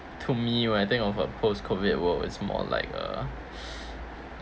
to me when I think of a post COVID world it's more like a